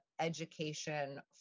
education